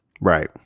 Right